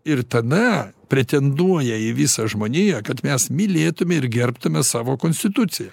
ir tada pretenduoja į visą žmoniją kad mes mylėtume ir gerbtume savo konstituciją